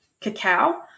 cacao